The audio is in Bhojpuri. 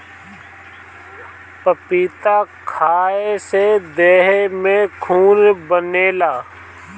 पपीता खाए से देह में खून बनेला